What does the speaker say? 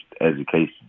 education